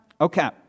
Okay